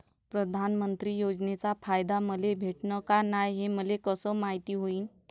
प्रधानमंत्री योजनेचा फायदा मले भेटनं का नाय, हे मले कस मायती होईन?